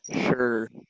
Sure